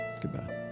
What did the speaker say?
Goodbye